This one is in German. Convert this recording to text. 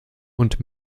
und